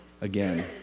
again